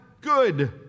good